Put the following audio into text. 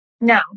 No